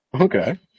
Okay